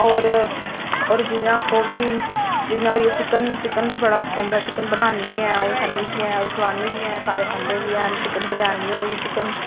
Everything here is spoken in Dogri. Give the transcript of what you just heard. और और जि'यां आक्खो कि जि'यां होई गेआ चिकन बी बडा पसंद ऐ चिकन बनान्नी बी आं अ'ऊं खन्नी बी आं अ'ऊं खलान्नी बी आं सारे खंदे बी हैन चिकन बर्यानी होई गेई चिकन